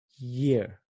year